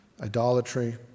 idolatry